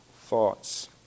thoughts